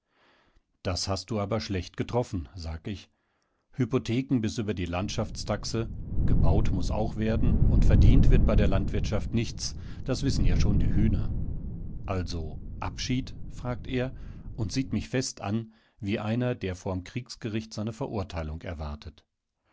das hast du aber schlecht getroffen sag ich hypotheken bis über die landschaftstaxe gebaut muß auch werden und verdient wird bei der landwirtschaft nichts das wissen ja schon die hühner also abschied fragt er und sieht mich fest an wie einer der vorm kriegsgericht seine verurteilung erwartet